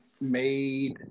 made